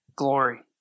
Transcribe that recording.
glory